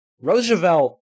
Roosevelt